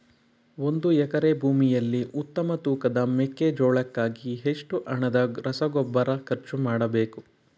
ಒಂದು ಎಕರೆ ಭೂಮಿಯಲ್ಲಿ ಉತ್ತಮ ತೂಕದ ಮೆಕ್ಕೆಜೋಳಕ್ಕಾಗಿ ಎಷ್ಟು ಹಣದ ರಸಗೊಬ್ಬರ ಖರ್ಚು ಮಾಡಬೇಕು?